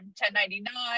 1099